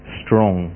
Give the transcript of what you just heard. strong